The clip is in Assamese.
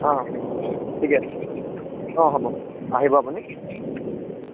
অঁ ঠিক আছে অঁ হ'ব আহিব আপুনি